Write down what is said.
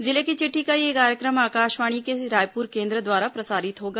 जिले की चिट्ठी का यह कार्यक्रम आकाशवाणी के रायपुर केंद्र द्वारा प्रसारित होगा